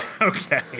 Okay